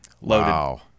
wow